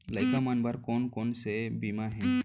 लइका मन बर कोन कोन से बीमा हे?